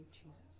jesus